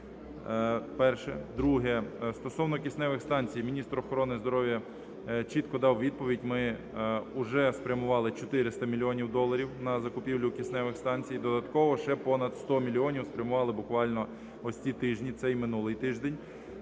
Перше. Друге. Стосовно кисневих станцій міністр охорони здоров'я чітко дав відповідь. Ми вже спрямували 400 мільйонів доларів на закупівлю кисневих станцій. Додатково ще понад 100 мільйонів спрямували буквально ось ці тижні, цей і минулий тиждень,